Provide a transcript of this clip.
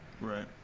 Right